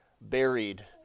buried